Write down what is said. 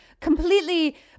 completely